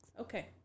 Okay